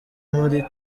muri